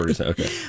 Okay